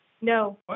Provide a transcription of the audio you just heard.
No